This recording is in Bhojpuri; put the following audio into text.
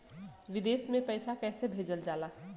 विदेश में पैसा कैसे भेजल जाला?